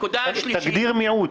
תגדיר "מיעוט".